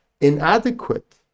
inadequate